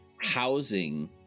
housing